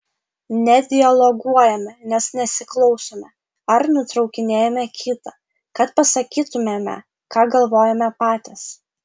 nedialoguojame nes nesiklausome ar nutraukinėjame kitą kad pasakytumėme ką galvojame patys